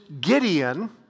Gideon